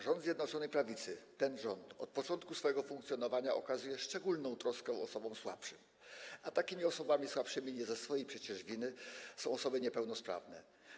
Rząd Zjednoczonej Prawicy, ten rząd, od początku swojego funkcjonowania okazuje szczególną troskę osobom słabszym, a takimi osobami słabszymi, nie ze swojej przecież winy, są osoby niepełnosprawne.